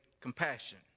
compassion